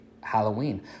Halloween